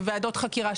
בוועדות חקירה,